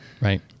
Right